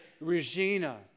Regina